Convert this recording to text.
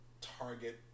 target